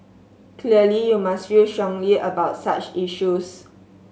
clearly you must feel strongly about such issues